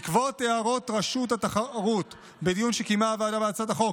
בעקבות הערות רשות התחרות בדיון שקיימה הוועדה בהצעת החוק,